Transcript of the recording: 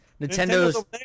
Nintendo's